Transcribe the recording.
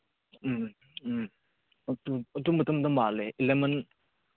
ꯎꯝ ꯎꯝ ꯑꯗꯨ ꯑꯗꯨ ꯃꯇꯝꯗ ꯃꯥꯜꯂꯦ ꯂꯦꯃꯟ